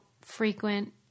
frequent